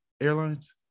airlines